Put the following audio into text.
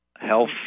health